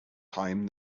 time